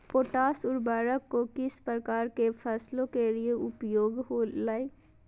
Potash उर्वरक को किस प्रकार के फसलों के लिए उपयोग होईला?